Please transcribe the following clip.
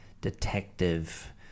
detective